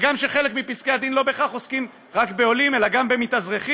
הגם שחלק מפסקי הדין לא בהכרח עוסקים רק בעולים אלא גם במתאזרחים.